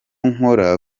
nkora